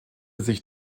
sich